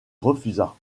refusa